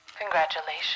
Congratulations